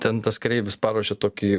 ten tas kareivis paruošė tokį